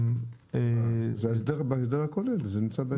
בהסדר הכולל זה נמצא.